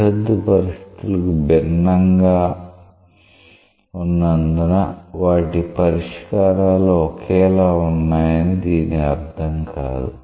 సరిహద్దు పరిస్థితులు భిన్నంగా ఉన్నందున వాటి పరిష్కారాలు ఒకేలా ఉన్నాయని దీని అర్థం కాదు